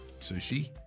Sushi